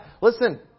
listen